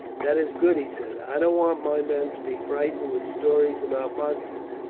that is good, he said i don't want my men to be frightened with stories about monsters.